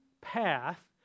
path